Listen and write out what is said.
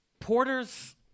Porters